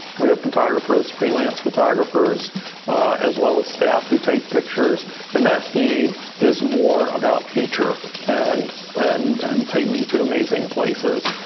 we have photographers, freelance photographers as well as staff who take pictures and that feed is more about feature. and and and take me to amazing places.